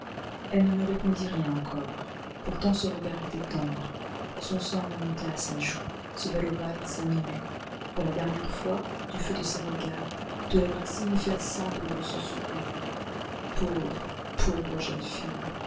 elle ne me répondit rien encore pourtant son regard était tendre son sang remontait à sa joue ce bel ovale s'animait pour la dernière fois du feu de ces regards de la grâce ineffaçable de ce sourire pauvre pauvre jeune fille